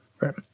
Right